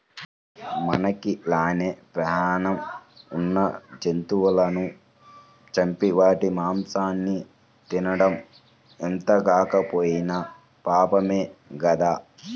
మనకి లానే పేణం ఉన్న జంతువులను చంపి వాటి మాంసాన్ని తినడం ఎంతగాకపోయినా పాపమే గదా